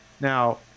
Now